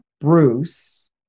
Bruce